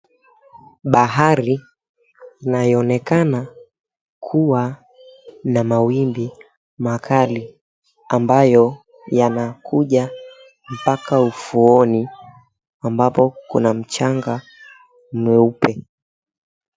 Bahari inayoonekana kuwa na mawimbi makali ambayo yanakuja mpaka ufuoni, ambapo kuna mchanga mweupe.